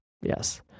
Yes